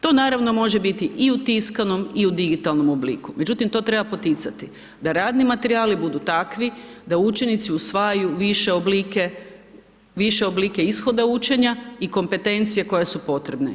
To naravno može biti i u tiskanom i u digitalnom obliku, međutim to treba poticati da radni materijali budu takvi da učenici usvajaju više oblike, više oblike ishoda učenja i kompetencije koje su potrebne.